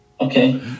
Okay